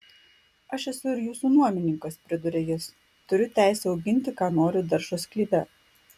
aš esu ir jūsų nuomininkas priduria jis turiu teisę auginti ką noriu daržo sklype